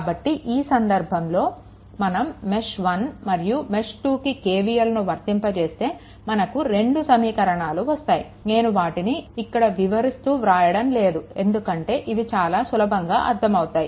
కాబట్టి ఈ సందర్భంలో మనం మెష్1 మరియు మెష్2కి KVLను వర్తింపజేస్తే మనకు రెండు సమీకరణాలు వస్తాయి నేను వాటిని ఇక్కడ వివరిస్తూ వ్రాయడం లేదు ఎందుకంటే ఇవి చాలా సులభంగా అర్థం అవుతాయి